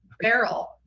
Barrel